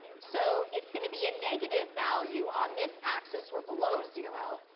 so it's going to be a negative value on this axis. we're below zero,